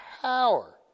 power